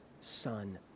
son